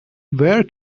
where